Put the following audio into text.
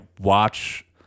watch